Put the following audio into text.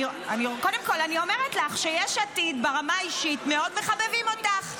אני אומרת לך שיש עתיד ברמה האישית מאוד מחבבים אותך,